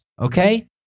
Okay